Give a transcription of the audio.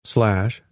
Slash